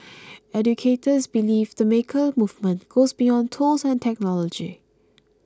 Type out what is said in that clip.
educators believe the maker movement goes beyond tools and technology